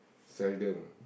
seldom